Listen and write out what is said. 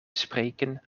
spreken